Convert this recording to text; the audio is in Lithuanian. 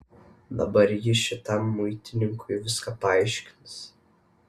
dabar ji šitam muitininkui viską paaiškins